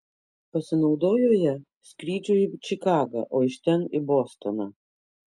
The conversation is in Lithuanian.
pasinaudojo ja skrydžiui į čikagą o iš ten į bostoną